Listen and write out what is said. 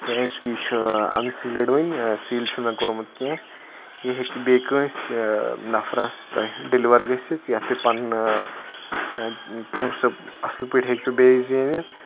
تکیاز یہِ چھُ اَنسیٖلٕڈ وٕنہِ سیٖل چھُن مےٚ کوٚرمُت کینٛہہ یہِ ہیٚکہِ بییٚہِ کٲنٛسہِ نَفرَس تۄہہِ ڈیٚلوَر گٔژھِتھ پَنٕنۍ پونٛسہٕ اَصٕل پٲٹھۍ ہیٚکِو بیٚیہِ زیٖنِتھ